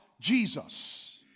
Jesus